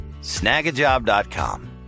Snagajob.com